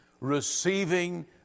receiving